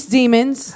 demons